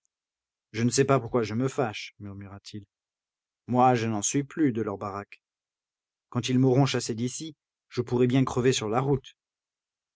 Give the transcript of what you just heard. je ne sais pas pourquoi je me fâche murmura-t-il moi je n'en suis plus de leur baraque quand ils m'auront chassé d'ici je pourrai bien crever sur la route